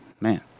man